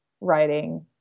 writing